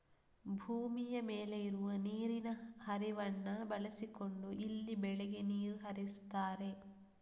ಭೂಮಿಯ ಮೇಲೆ ಇರುವ ನೀರಿನ ಹರಿವನ್ನ ಬಳಸಿಕೊಂಡು ಇಲ್ಲಿ ಬೆಳೆಗೆ ನೀರು ಹರಿಸ್ತಾರೆ